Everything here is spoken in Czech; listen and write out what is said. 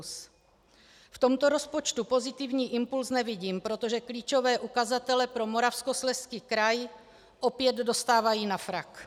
V tomto rozpočtu pozitivní impuls nevidím, protože klíčové ukazatele pro Moravskoslezský kraji opět dostávají na frak.